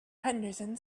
henderson